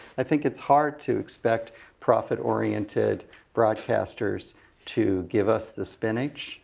i think it's hard to expect profit oriented broadcasters to give us the spinach,